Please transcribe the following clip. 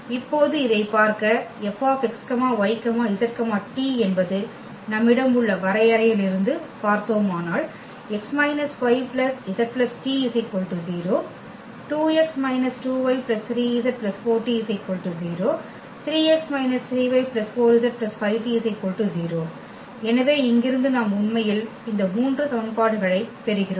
இப்போது இதைப் பார்க்க F x y z t என்பது நம்மிடம் உள்ள வரையறையிலிருந்து பார்த்தோமானால் x − y z t 0 2x − 2y 3z 4t 0 3x − 3y 4z 5t 0 எனவே இங்கிருந்து நாம் உண்மையில் இந்த 3 சமன்பாடுகளைப் பெறுகிறோம்